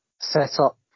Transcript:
setup